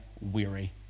weary